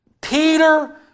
Peter